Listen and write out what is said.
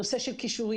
הנושא של קישוריות,